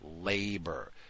Labor